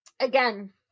again